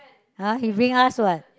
uh he bring us what